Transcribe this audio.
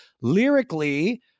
lyrically